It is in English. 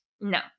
no